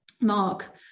Mark